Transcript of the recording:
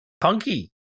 Punky